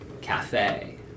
cafe